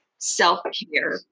self-care